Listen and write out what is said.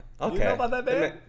okay